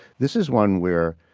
this is one where,